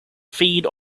feed